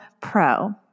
Pro